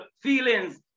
feelings